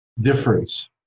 difference